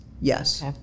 Yes